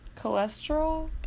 Cholesterol